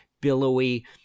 billowy